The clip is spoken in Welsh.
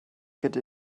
gyda